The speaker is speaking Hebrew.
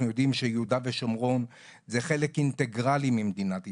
יודעים שיהודה ושומרון זה חלק אינטגראלי ממדינת ישראל.